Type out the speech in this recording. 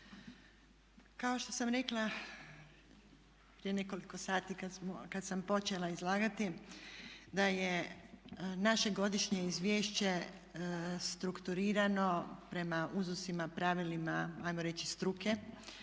Kao što sam rekla prije nekoliko sati kad sam počela izlagati da je naše Godišnje izvješće strukturirano prema uzusima, pravilima hajmo reći struke